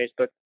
Facebook